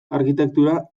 arkitektura